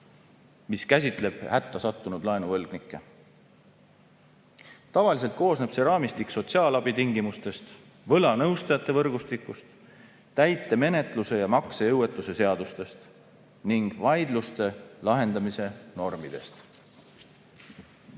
mis käsitleb hätta sattunud laenuvõlgnikke. Tavaliselt koosneb see raamistik sotsiaalabitingimustest, võlanõustajate võrgustikust, täitemenetluse ja maksejõuetuse seadustest ning vaidluste lahendamise normidest.